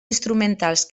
instrumentals